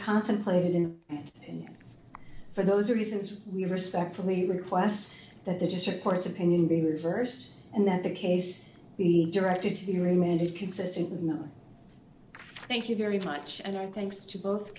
contemplated in and for those reasons we respectfully request that the district court's opinion be reversed and that the case be directed to be remanded consistent with thank you very much and i thinks to both